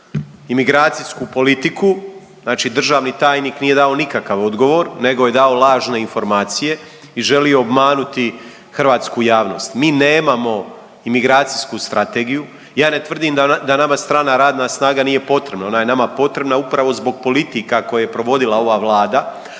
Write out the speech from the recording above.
imigracijsku politiku, znači državni tajnik nije dao nikakav odgovor, nego je dao lažne informacije i želi obmanuti hrvatsku javnost. Mi nemamo imigracijsku strategiju. Ja ne tvrdim da nama strana radna snaga nije potrebna, ona je nama potrebna upravo zbog politika koje je provodila ova Vlada,